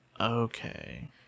Okay